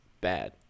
bad